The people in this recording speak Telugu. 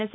ఎస్